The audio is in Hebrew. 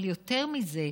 אבל יותר מזה,